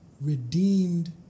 redeemed